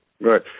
Right